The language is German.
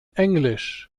englisch